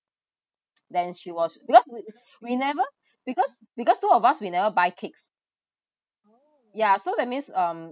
then she was because we we never because because two of us we never buy cakes ya so that means um